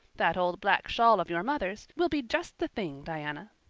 that old black shawl of your mother's will be just the thing, diana.